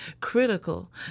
critical